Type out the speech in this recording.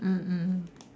mm mm